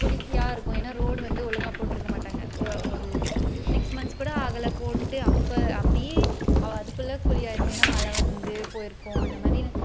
குழியாக இருக்கும் ஏனால் ரோடு வந்து ஒழுங்காக போட்டிருக்க மாட்டாங்க ஒரு சிக்ஸ் மன்த்ஸ் கூட ஆகலை போட்டு அப்போ அப்படியே அதுக்குள்ள குழியாக இருக்கும் ஏனால் மழை வந்து போயிருக்கும் அந்தமாதிரி